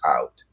out